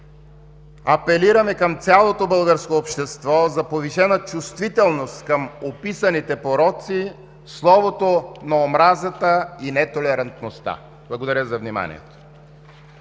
апелираме към цялото българско общество за повишена чувствителност към описаните пороци, словото на омразата и нетолерантността. Благодаря за вниманието.